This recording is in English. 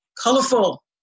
colorful